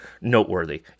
noteworthy